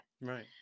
Right